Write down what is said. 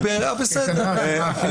אני תמיד רואה את השנה המעוברת.